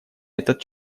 этот